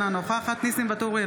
אינה נוכחת ניסים ואטורי,